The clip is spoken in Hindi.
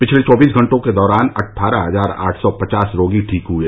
पिछले चौबीस घंटों के दौरान अट्ठारह हजार आठ सौ पचास रोगी ठीक हुए